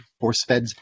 force-fed